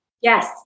Yes